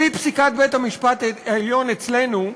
על-פי פסיקת בית-המשפט העליון אצלנו,